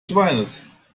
schweins